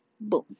Boom